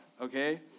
okay